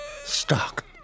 stock